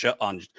on